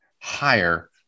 higher